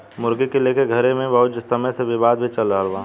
मुर्गी के लेके घर मे बहुत समय से विवाद भी चल रहल बा